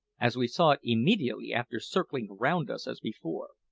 as we saw it immediately after circling round us as before.